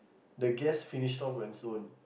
the gas finished off on it's own